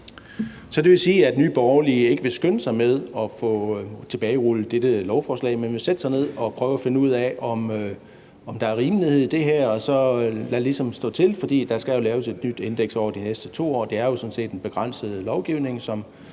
det vil sige, at Nye Borgerlige ikke vil skynde sig med at få tilbagerullet dette lovforslag, men vil sætte sig ned og prøve at finde ud af, om der er rimelighed i det, og så ligesom lade stå til, fordi der jo skal laves et nyt indeks over de næste 2 år. Det er jo sådan set en begrænset lovgivning,